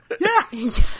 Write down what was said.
Yes